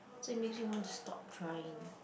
so it makes me want to stop trying